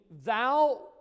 thou